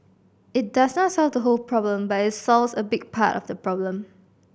it does not solve the whole problem but it solves a big part of the problem